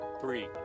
three